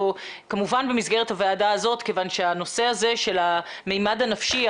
כמובן במסגרת הוועדה הזאת כיוון שהנושא הזה של המימד הנפשי,